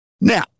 Now